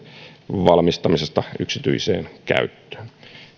valmistamisesta yksityiseen käyttöön